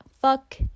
fuck